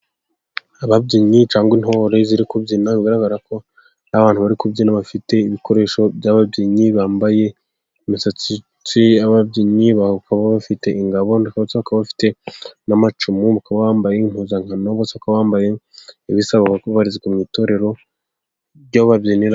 Ababyinnyi cyangwa intore ziri kubyina, bigaragara ko Ari abantutu bari kubyina bafite ibikoresho by'ababyinnyi, bambaye imisatsi ababyinnyi, baba bafite ingabo, bafite namacumu bambaye impuzangano, ubona ko bambaye ibisa, bakaba babaririzwa mu itorero ry'ababyinnyi.